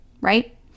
right